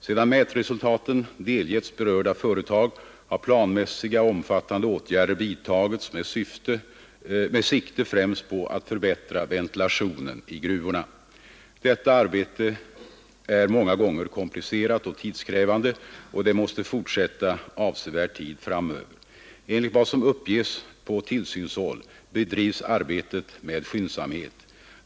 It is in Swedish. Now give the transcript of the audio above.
Sedan mätresultaten delgetts berörda företag har planmässiga och omfattande åtgärder vidtagits med sikte främst på att förbättra ventilationen i gruvorna. Detta arbete är många gånger komplicerat och tidskrävande och det måste fortsätta avsevärd tid framöver. Enligt vad som uppges på tillsynshåll bedrivs arbetet med skyndsamhet.